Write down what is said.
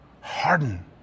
harden